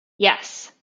yes